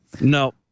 No